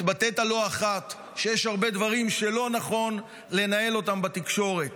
התבטאת לא אחת שיש הרבה דברים שלא נכון לנהל אותם בתקשורת,